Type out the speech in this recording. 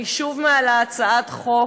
אני שוב מעלה הצעת חוק,